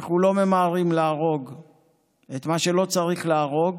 אנחנו לא ממהרים להרוג את מי שלא צריך להרוג,